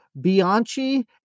Bianchi